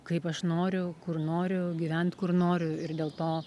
kaip aš noriu kur noriu gyvent kur noriu ir dėl to